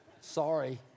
Sorry